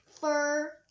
fur